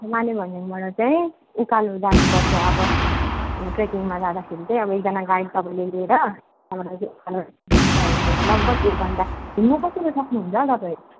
माने भन्ज्याङबाट चाहिँ उकालो जानु पर्छ अब ट्रेकिङमा जाँदाखेरि चाहिँ अब एकजना गाइड तपाईँले लिएर त्यहाँबाट चाहिँ उकालो चढनु पर्छ हिँडेर लगभग एक घण्टा हिँड्नु कतिको सक्नु हुन्छ हौ तपाईँ